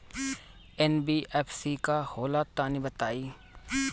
NBFC का होला तनि बताई?